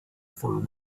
for